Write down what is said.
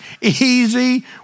easy